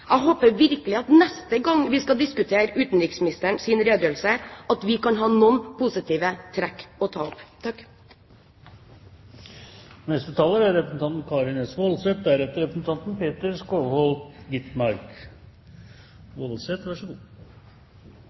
Jeg håper virkelig at vi neste gang vi skal diskutere utenriksministerens redegjørelse, kan ha noen positive trekk å ta opp.